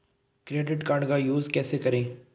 Credit card का use कैसे करें?